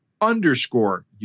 underscore